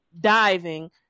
diving